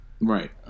Right